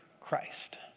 Christ